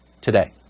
today